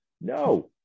No